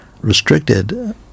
restricted